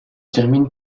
termine